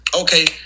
Okay